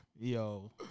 Yo